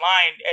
online